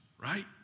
right